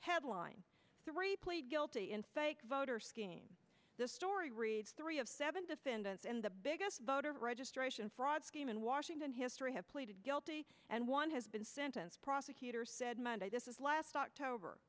headline three plead guilty in fake voter scheme this story reads three of seven defendants in the biggest voter registration fraud scheme in washington history have pleaded guilty and one has been sentenced prosecutors said monday this is last october